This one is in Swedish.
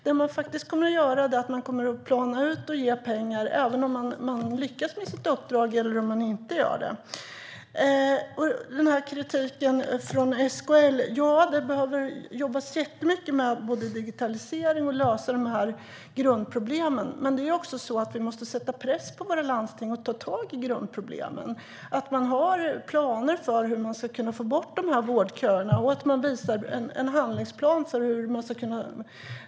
Det man faktiskt kommer att göra är att plana ut och ge pengar oavsett om ett landsting lyckas med sitt uppdrag eller inte. När det gäller kritiken från SKL behöver det jobbas jättemycket med både digitalisering och med att lösa grundproblemen. Men vi måste också sätta press på våra landsting att ta tag i grundproblemen. De måste ha planer för hur de ska få bort vårdköerna och kunna visa en handlingsplan.